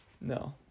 No